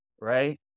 Right